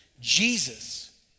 Jesus